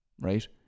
right